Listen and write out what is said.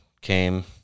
came